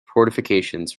fortifications